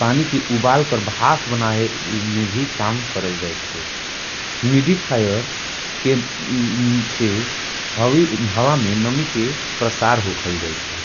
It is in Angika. पानी के उबाल कर भाफ बनाये में भी काम करल जायचे। हुमिडिफायर के से हावा में नमी के प्रसार हो खल जायचे।